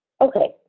Okay